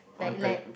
like like